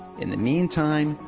in the meantime,